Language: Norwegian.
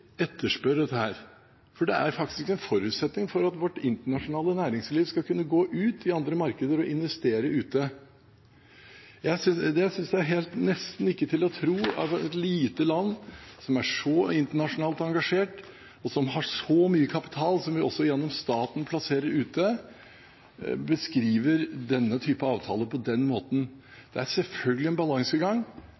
dette, for det er faktisk en forutsetning for at vårt internasjonale næringsliv skal kunne gå ut i andre markeder og investere ute. Det er nesten ikke til å tro at et lite land – som er så internasjonalt engasjert, og som har så mye kapital, som vi også gjennom staten plasserer ute – beskriver denne typen avtaler på den måten. Det er selvfølgelig en balansegang,